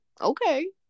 okay